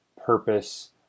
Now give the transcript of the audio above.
purpose